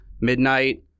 midnight